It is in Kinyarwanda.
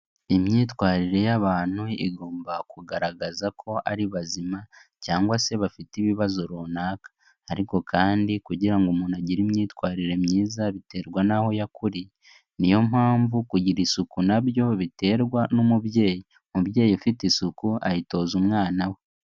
Imyitwarire y'abantu igomba kugaragaza ko ari bazima cyangwa se bafite ibibazo runaka ariko kandi kugira ngo umuntu agire imyitwarire myiza biterwa n'aho yakuriye, niyo mpamvu kugira isuku na byo biterwa n'umubyeyi, umubyeyi ufite isuku ayitoza umwana we.